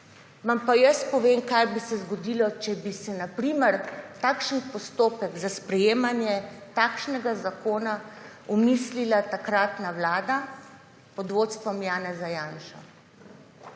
vam pa jaz povem, kaj bi se zgodilo, če bi se na primer takšen postopek za sprejemanje takšnega zakona umislila takratna vlada pod vodstvom Janeza Janše.